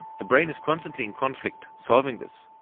the brain is constantly in conflict solving this,